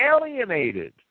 alienated